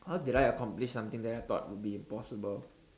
how did I accomplish something that I thought would be impossible